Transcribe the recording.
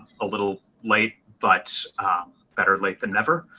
a little late but better late than never.